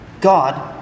God